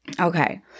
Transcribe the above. Okay